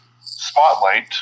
spotlight